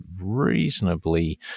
reasonably